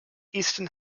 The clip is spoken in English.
eastern